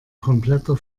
kompletter